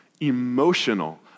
emotional